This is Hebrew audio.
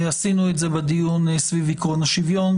עשינו את זה בדיון סביב עיקרון השוויון,